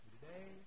today